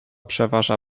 przeważa